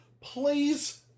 Please